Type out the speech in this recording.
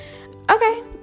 Okay